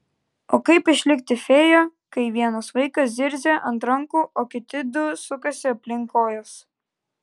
o kaip išlikti fėja kai vienas vaikas zirzia ant rankų o kiti du sukasi aplink kojas